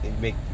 make